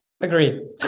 Agree